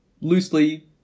loosely